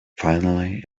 finally